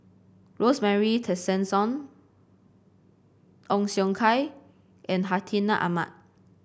Rosemary Tessensohn Ong Siong Kai and Hartinah Ahmad